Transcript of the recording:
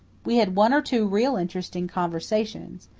we had one or two real interesting conversations.